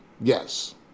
yes